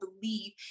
believe